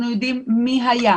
אנחנו יודעים מי היה,